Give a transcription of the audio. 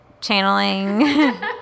Channeling